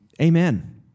amen